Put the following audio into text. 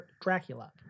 Dracula